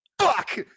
Fuck